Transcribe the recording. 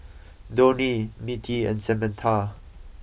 Donie Mittie and Samantha